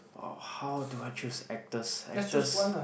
!wow! how do I choose actors actors